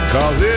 Cause